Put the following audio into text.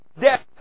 death